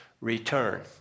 return